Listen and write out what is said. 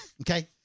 Okay